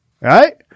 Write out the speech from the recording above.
right